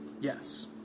Yes